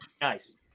nice